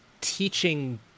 teaching